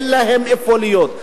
אין להן איפה להיות.